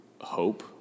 hope